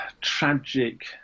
tragic